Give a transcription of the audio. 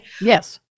Yes